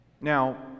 now